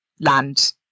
land